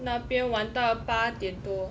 那边玩到八点多